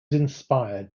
inspired